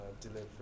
delivery